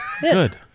Good